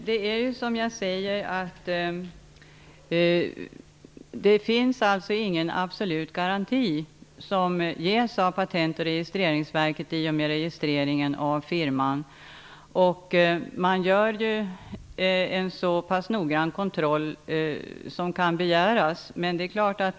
Fru talman! Som jag säger ger inte Patent och registreringsverket någon absolut garanti i och med registreringen av ett firmanamn. Man gör en så noggrann kontroll som kan begäras.